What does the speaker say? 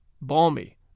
balmy